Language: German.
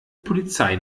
polizei